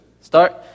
Start